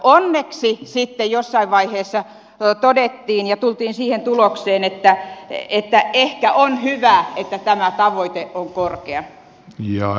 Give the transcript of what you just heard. onneksi sitten jossain vaiheessa todettiin ja tultiin siihen tulokseen että ehkä on hyvä että tämä tavoite on korkea